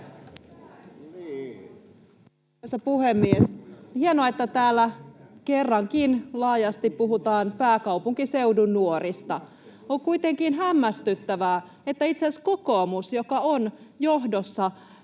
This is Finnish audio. Arvoisa puhemies! Hienoa, että täällä kerrankin laajasti puhutaan pääkaupunkiseudun nuorista. On kuitenkin hämmästyttävää, että itse asiassa kokoomus, joka on johtanut